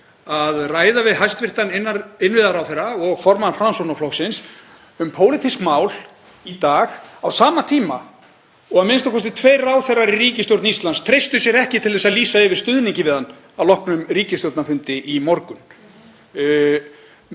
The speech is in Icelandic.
að ræða við hæstv. innviðaráðherra og formann Framsóknarflokksins um pólitísk mál í dag á sama tíma og a.m.k. tveir ráðherrar í ríkisstjórn Íslands treystu sér ekki til að lýsa yfir stuðningi við hann að loknum ríkisstjórnarfundi í morgun.